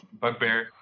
bugbear